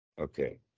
Okay